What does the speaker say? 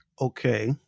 Okay